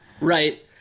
Right